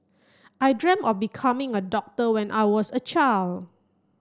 I dreamt of becoming a doctor when I was a child